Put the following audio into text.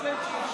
מה זה אין שרשור,